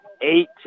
eight